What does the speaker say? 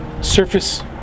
surface